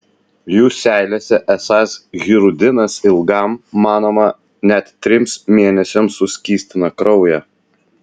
jų seilėse esąs hirudinas ilgam manoma net trims mėnesiams suskystina kraują